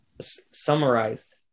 Summarized